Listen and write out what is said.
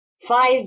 five